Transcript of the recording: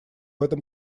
этом